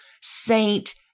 saint